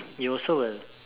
you also will